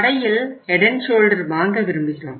கடையில் Head and Shoulder வாங்க விரும்புகிறோம்